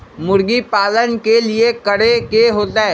मुर्गी पालन ले कि करे के होतै?